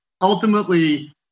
ultimately